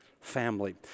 family